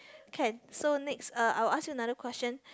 can so next uh I'll ask you another question